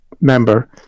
member